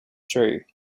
through